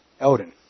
Eldon